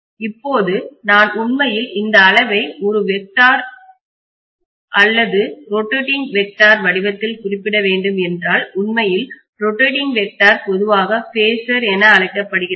இப்போது நான் உண்மையில் இந்த அளவை ஒரு வெக்ட்டார் திசையன் அல்லது ரோடேட்டிங் வெக்ட்டார் சுழலும் வடிவத்தில் குறிப்பிட வேண்டும் என்றால் உண்மையில் ரோடேட்டிங் வெக்ட்டார் பொதுவாக பேஷர் என அழைக்கப்படுகிறது